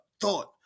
thought